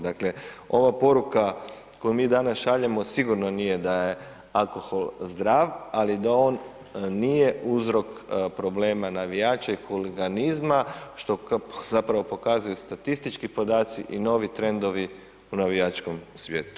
Dakle, ova poruka koju mi danas šaljemo sigurno nije da je alkohol zdrav, ali da on nije uzrok problema navijača i huliganizma što zapravo pokazuju statistički podaci i novi trendovi u navijačkom svijetu.